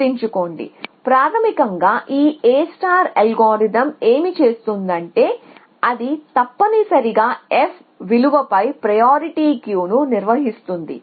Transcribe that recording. గుర్తుంచుకోండి ప్రాథమికంగా ఈ A అల్గోరిథం ఏమి చేస్తుందంటే అది తప్పనిసరిగా f విలువపై ప్రయారిటీ క్యూ ను నిర్వహిస్తుంది